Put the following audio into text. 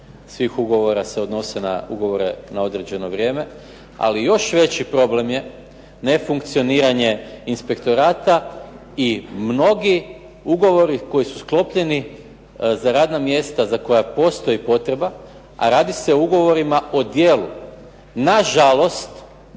svih ugovora se odnose na ugovore na određeno vrijeme. Ali još veći problem je nefunkcioniranje inspektorata i mnogi ugovori koji su sklopljeni za radna mjesta za koja postoji potreba, a radi se o ugovorima o djelu na žalost